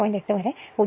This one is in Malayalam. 8 വരെ 0